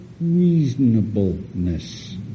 reasonableness